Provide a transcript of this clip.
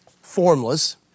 formless